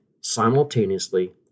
simultaneously